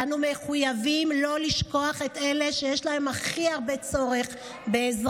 אנו מחויבים לא לשכוח את אלה שיש להם הכי הרבה צורך בעזרה,